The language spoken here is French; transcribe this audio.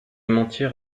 mentir